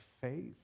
faith